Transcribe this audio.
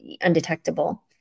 undetectable